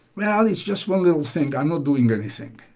well, it's just one little thing i'm not doing anything,